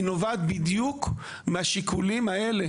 היא נובעת בדיוק מהשיקולים האלה,